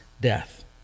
death